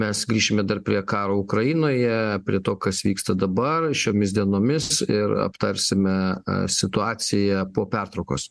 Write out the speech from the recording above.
mes grįšime dar prie karo ukrainoje prie to kas vyksta dabar šiomis dienomis ir aptarsime a situaciją po pertraukos